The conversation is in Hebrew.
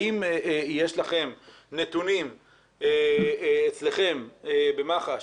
האם יש לכם נתונים אצלכם במח"ש